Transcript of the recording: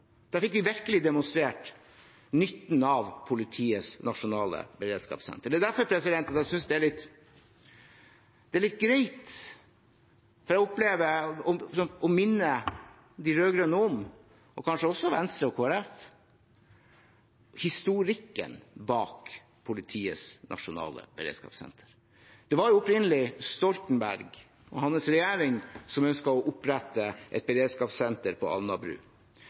fikk vi virkelig demonstrert nytten av Politiets nasjonale beredskapssenter. Det er derfor jeg synes det er litt greit å minne de rød-grønne, og kanskje også Venstre og Kristelig Folkeparti, om historikken bak Politiets nasjonale beredskapssenter. Det var opprinnelig Stoltenberg og hans regjering som ønsket å opprette et beredskapssenter på Alnabru.